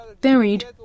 buried